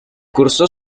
cursó